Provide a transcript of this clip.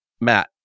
Matt